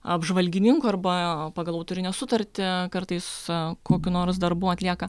apžvalgininku arba pagal autorinę sutartį kartais kokių nors darbų atlieka